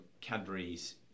Cadbury's